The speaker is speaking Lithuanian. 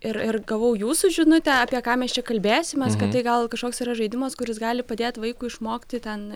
ir ir gavau jūsų žinutę apie ką mes čia kalbėsimės kad tai gal kažkoks yra žaidimas kuris gali padėt vaikui išmokti ten